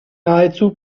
nahezu